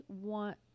want